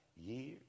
years